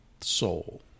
soul